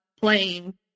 playing